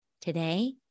Today